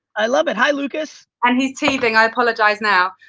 i love it, hi, lucas. and he's teething, i apologize now.